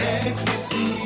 ecstasy